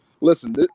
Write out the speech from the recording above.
Listen